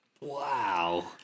Wow